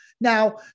Now